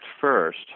first